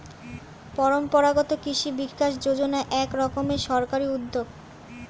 পরম্পরাগত কৃষি বিকাশ যোজনা এক রকমের সরকারি উদ্যোগ